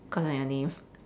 cause of your name